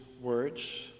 words